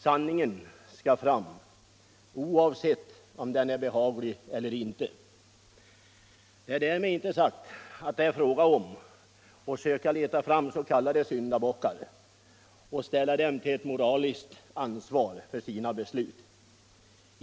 Sanningen skall fram oavsett om den är behaglig eller inte. Det är därmed inte sagt att det är fråga om att söka leta fram s.k. syndabockar och ställa dem till moraliskt ansvar för sina beslut.